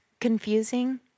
confusing